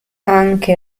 anche